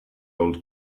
old